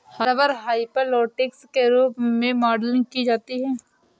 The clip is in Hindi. रबर हाइपरलोस्टिक के रूप में मॉडलिंग की जाती है